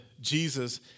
Jesus